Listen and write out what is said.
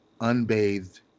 unbathed